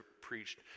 preached